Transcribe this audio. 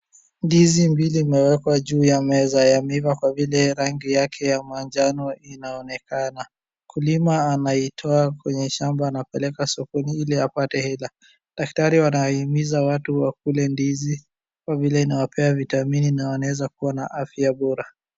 Ndizi mbili imewekwa juu y meza, yameiva kwa vile rangi yake ya manjano inaonekana. Mkulima anaitoa kwenye shamba anapeleka sokoni ili apate hela. Daktari wanahimiza watu wakule ndizi, kwa vile inawaoea vitamini na wanaweza kuwa na afya bora.